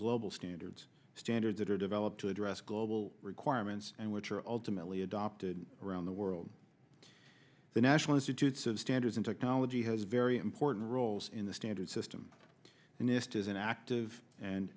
global standards standards that are developed to address global requirements and which are ultimately adopted around the world the national institutes of standards and technology has very important roles in the standard system and nist is an active and